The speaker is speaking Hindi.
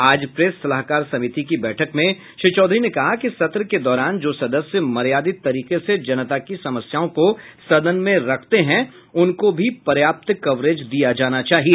आज प्रेस सलाहकार समिति की बैठक में श्री चौधरी ने कहा कि सत्र के दौरान जो सदस्य मर्यादित तरीके से जनता की समस्याओं को सदन में रखते हैं उनको भी पर्याप्त कवरेज दिया जाना चाहिए